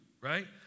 right